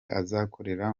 azakorera